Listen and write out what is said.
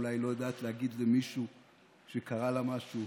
אולי היא לא יודעת להגיד למישהו שקרה לה משהו,